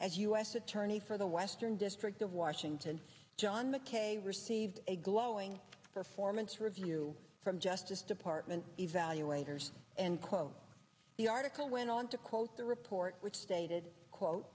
as u s attorney for the western district of washington john mckay received a glowing performance review from justice department evaluators and quote the article went on to quote the report which stated quote